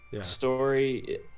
Story